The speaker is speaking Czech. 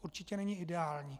Určitě není ideální.